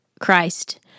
Christ